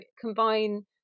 combine